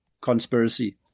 conspiracy